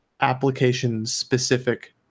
application-specific